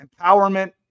empowerment